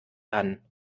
kann